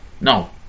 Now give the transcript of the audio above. No